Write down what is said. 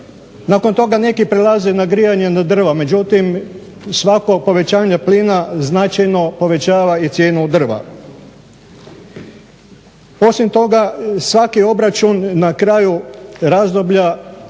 Nakon toga neki prelaze na grijanje na drva, međutim svako povećanje plina značajno povećava i cijenu drva. Osim toga svaki obračun na kraju razdoblja